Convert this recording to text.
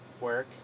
work